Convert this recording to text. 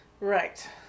Right